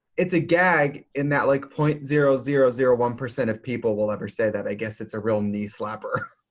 it's a gag, in that like point zero zero zero one percent of people will ever say that. i guess it's a real knee-slapper.